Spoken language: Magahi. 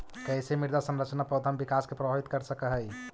कईसे मृदा संरचना पौधा में विकास के प्रभावित कर सक हई?